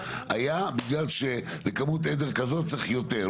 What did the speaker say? היה בגלל שלכמות עדר כזאת צריך יותר,